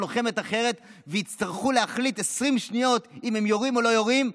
לוחמת אחרת ויצטרכו להחליט ב-20 שניות אם הם יורים או לא יורים,